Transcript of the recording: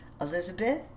Elizabeth